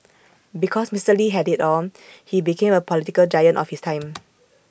because Mister lee had IT all he became A political giant of his time